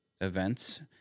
events